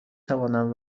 توانم